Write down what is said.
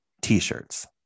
t-shirts